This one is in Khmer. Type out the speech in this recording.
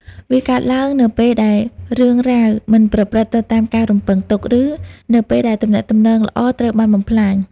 វាកើតឡើងនៅពេលដែលរឿងរ៉ាវមិនប្រព្រឹត្តទៅតាមការរំពឹងទុក ឬនៅពេលដែលទំនាក់ទំនងល្អត្រូវបានបំផ្លាញ។